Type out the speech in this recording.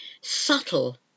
Subtle